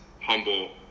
humble